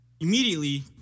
immediately